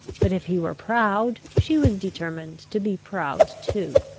but, if he were proud, she was determined to be proud too.